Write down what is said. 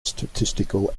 statistical